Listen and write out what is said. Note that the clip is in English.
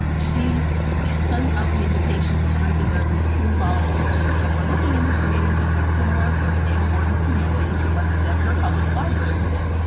um she sends out the invitations regularly to volunteers. she said we're looking into creating something similar for the gail borden community to what the denver public library did.